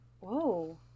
whoa